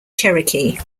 cherokee